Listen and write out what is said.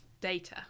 data